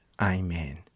Amen